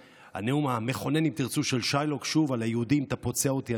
הנאום המכונן של שיילוק על היהודים: אתה פוצע אותי,